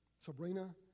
Sabrina